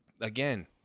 again